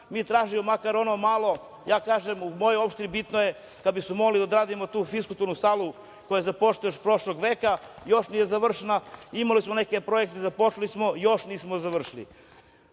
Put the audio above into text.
mi tražimo makar ono malo. Ja kažem, u mojoj opštini je bitno kad bismo mogli da odradimo tu fiskulturnu salu koja je započeta još prošlog veka, a još nije završena. Imali smo još neke projekte započete, a nisu završeni.